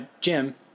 Jim